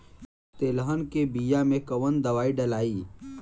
तेलहन के बिया मे कवन दवाई डलाई?